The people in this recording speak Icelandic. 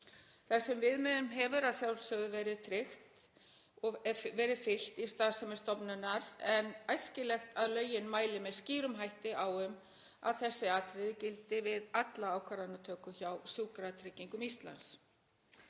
Þessum viðmiðum hefur að sjálfsögðu verið fylgt í starfsemi stofnunarinnar en æskilegt er að lögin mæli með skýrum hætti um að þessi atriði gildi við alla ákvarðanatöku hjá Sjúkratryggingum Íslands.